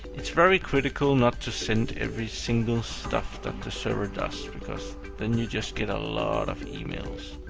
it's very critical not to send every single stuff that the server does, because then you just get a lot of emails.